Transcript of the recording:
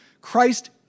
Christ